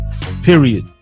Period